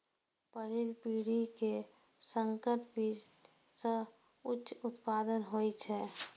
पहिल पीढ़ी के संकर बीज सं उच्च उत्पादन होइ छै